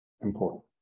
important